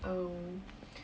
oh